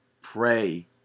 pray